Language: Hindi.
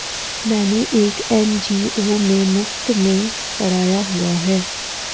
मैंने एक एन.जी.ओ में मुफ़्त में पढ़ाया हुआ है